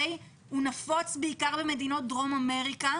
הוא נפוץ בעיקר במדינות דרום אמריקה,